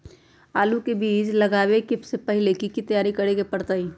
आलू के बीज के लगाबे से पहिले की की तैयारी करे के परतई?